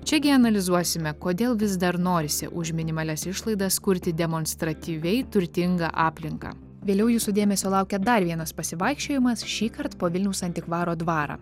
čiagi analizuosime kodėl vis dar norisi už minimalias išlaidas kurti demonstratyviai turtingą aplinką vėliau jūsų dėmesio laukia dar vienas pasivaikščiojimas šįkart po vilniaus antikvaro dvarą